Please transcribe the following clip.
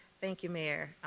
thank you, mayor.